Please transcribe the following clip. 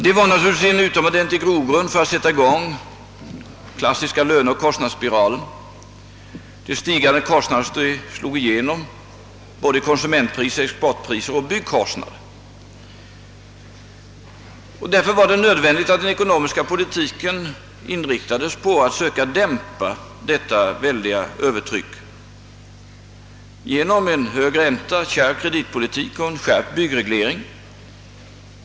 Det var naturligtvis en utomordentlig grogrund för att sätta i gång den klassiska löneoch kostnadsspiralen, tills stigande kostnader slog igenom i konsumentpriser, exportpriser och bostadskostnader. Därför var det nödvändigt att den ekonomiska politiken inriktades på att söka dämpa det väldiga övertrycket genom hög ränta, kärv kreditpolitik och skärpt byggreglering.